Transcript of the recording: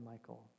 Michael